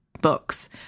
books